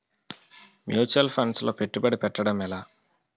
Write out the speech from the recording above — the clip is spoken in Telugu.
ముచ్యువల్ ఫండ్స్ లో పెట్టుబడి పెట్టడం ఎలా?